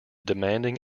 demanding